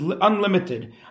unlimited